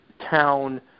town